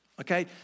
okay